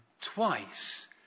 Twice